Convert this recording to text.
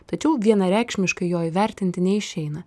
tačiau vienareikšmiškai jo įvertinti neišeina